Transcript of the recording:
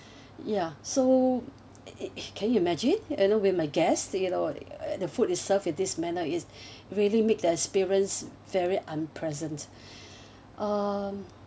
ya so it it can you imagine you know with my guests you know uh the food is served in this manner is really make that experience very unpleasant um